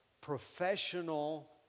professional